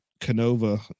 Canova